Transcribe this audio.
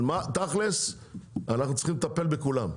אבל תכלס אנחנו צריכים לטפל בכולם.